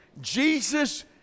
Jesus